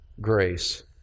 grace